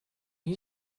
you